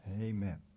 Amen